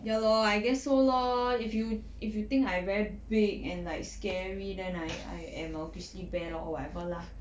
ya lor I guess so lor if you if you think I very big and like scary then I I am a grizzly bear lor whatever lah